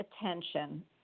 attention